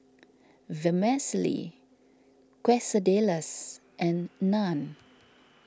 Vermicelli Quesadillas and Naan